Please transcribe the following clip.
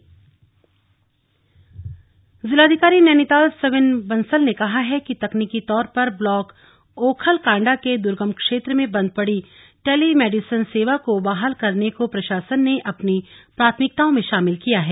telemedicine सेवा जिलाधिकारी नैनीताल सविन बंसल ने कहा है कि तकनीकी तौर पर ब्लाक ओखलकाण्डा के द्र्गम क्षेत्र में बन्द पड़ी टेलीमेडिसिन सेवा को बहाल करने को प्रशासन ने अपनी प्राथमिकताओं में शामिल किया है